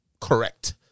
correct